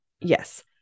yes